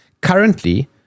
Currently